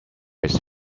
his